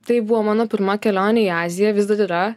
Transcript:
tai buvo mano pirma kelionė į aziją vis dar ir yra